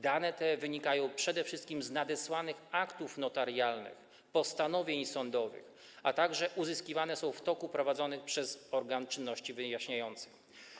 Dane te wynikają przede wszystkim z nadesłanych aktów notarialnych, postanowień sądowych, a także uzyskiwane są w toku prowadzonych przez organ czynności wyjaśniających.